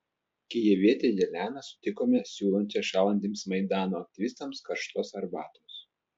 kijevietę jeleną sutikome siūlančią šąlantiems maidano aktyvistams karštos arbatos